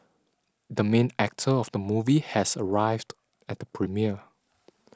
the main actor of the movie has arrived at the premiere